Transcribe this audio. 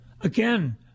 Again